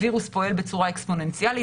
הווירוס פועל בצורה אקספוננציאלית.